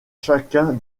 chacun